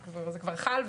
זה כבר חל,